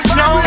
no